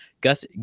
gus